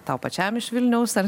tau pačiam iš vilniaus ar